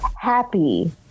happy